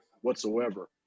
whatsoever